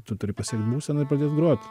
tu turi pasiekt būseną ir pradėt grot